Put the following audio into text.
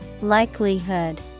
Likelihood